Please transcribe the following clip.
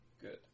Good